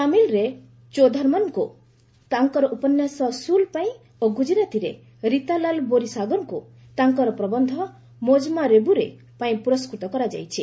ତାମିଲରେ ଚୋ ଧର୍ମନ୍ଙ୍କୁ ତାଙ୍କର ଉପନ୍ୟାସ 'ସ୍ଟଲ୍' ପାଇଁ ଓ ଗୁଜରାତିରେ ରୀତାଲାଲ ବୋରି ସାଗରଙ୍କୁ ତାଙ୍କର ପ୍ରବନ୍ଧ 'ମୋଜାମା ରେବୁ ରେ' ପାଇଁ ପୁରସ୍କୃତ କରାଯାଇଛି